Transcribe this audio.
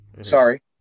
sorry